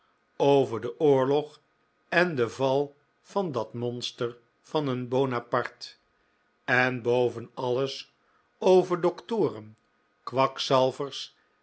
over den oorlog en den val van dat monster van een bonaparte en boven alles over doctoren kwakzalvers